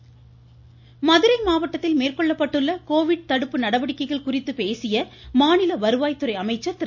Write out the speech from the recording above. Udhayakumar voice Madurai மாவட்டத்தில் மேற்கொள்ளப்பட்டுள்ள Covid தடுப்பு நடவடிக்கைகள் குறித்து பேசிய மாநில வருவாய் துறை அமைச்சர் திரு